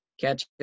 Catch